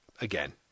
again